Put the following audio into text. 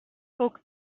spoke